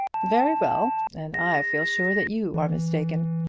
very well and i feel sure that you are mistaken.